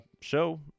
show